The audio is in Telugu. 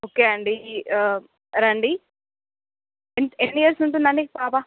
ఓకే అండి రండి ఎన్ని ఇయర్స్ ఉంటుందండి పాప